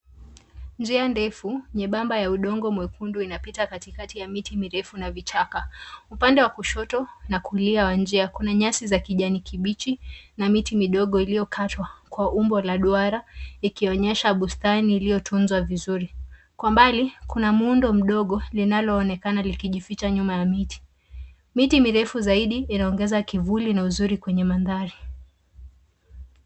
Njia ndefu, nyebamba ya udongo mwekundu inapita katikati ya miti mirefu na vichaka. Upande wa kushoto na kulia wa njia kuna nyasi za kijani kibichi na miti midogo ilio katwa kwa umbo la duara ikionyesha bustani ilio tunzwa vizuri. Kwa mbali, kuna muundo mdogo linaloonekana likijificha nyuma ya miti. Miti mirefu zaidi inoongeza kivuli na uzuri kwenye mandhari.